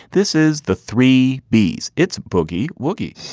this is the three b's it's boogie woogie